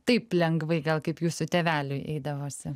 taip lengvai gal kaip jūsų tėveliui eidavosi